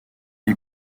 est